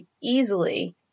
easily